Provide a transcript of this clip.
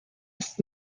ist